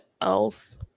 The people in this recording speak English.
else